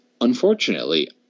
Unfortunately